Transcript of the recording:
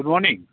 good morning